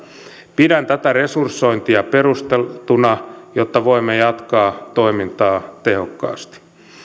pidän tätä resursointia perusteltuna jotta voimme jatkaa toimintaa tehokkaasti